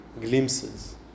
glimpses